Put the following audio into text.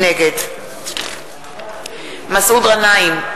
נגד מסעוד גנאים,